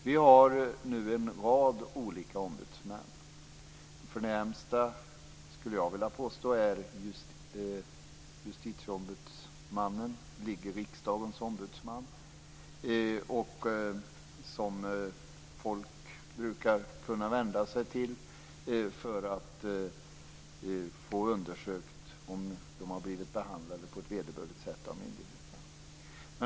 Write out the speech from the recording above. Vi har en rad olika ombudsmän. Den förnämste är, skulle jag vilja påstå, Justitieombudsmannen eller riksdagens ombudsman, som folk brukar kunna vända sig till för att få undersökt om man har blivit behandlad på vederbörligt sätt av myndigheterna.